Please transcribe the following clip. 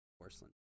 porcelain